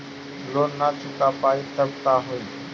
Loan न चुका पाई तब का होई?